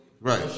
right